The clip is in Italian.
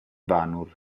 vanur